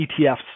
ETFs